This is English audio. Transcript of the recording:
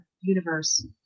universe